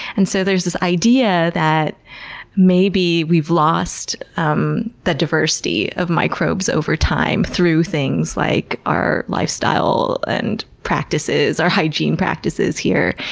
and so there's this idea that maybe we've lost um the diversity of microbes over time through things like our lifestyle and practices, our hygiene practices here,